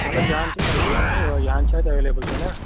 مطلب یِہن چھِ کَنفٔرٕم تہٕ یِہن چھا اتہِ اٮ۪ولیٚبٕل نہ